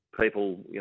people